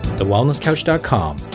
TheWellnessCouch.com